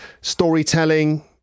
storytelling